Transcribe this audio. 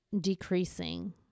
decreasing